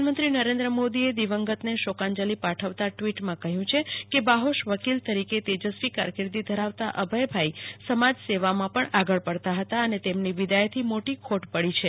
પ્રધાનમંત્રી નરેન્દ્ર મોદી એ દિવંગત ને શોકાંજલી પાઠવતા ટ્વિટ માં કહ્યું છે કે બાહોશ વકીલ તરીકે તેજસ્વી કારકિર્દી ધરાવતા અભયભાઇ સમાજ સેવા માં પણ આગળ પડતાં હતા અને તેમની વિદાય થી મોટી ખોટ પડી છે